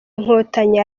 nkotanyi